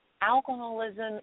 alcoholism